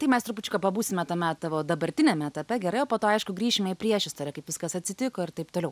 tai mes trupučiuką pabūsime tame tavo dabartiniame etape gerai o po to aišku grįšime į priešistorę kaip viskas atsitiko ir taip toliau